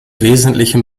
wesentlichen